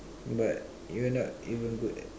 but you're not even good at